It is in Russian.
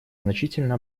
значительно